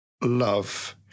love